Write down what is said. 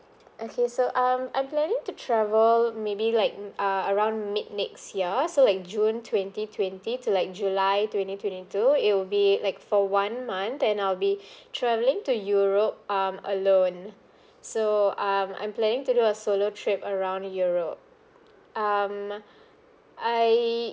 okay so um I'm planning to travel maybe like um err around mid next year so like june twenty twenty to like july twenty twenty two it will be like for one month then I'll be travelling to europe um alone so um I'm planning to do a solo trip around europe um I